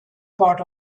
part